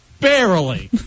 Barely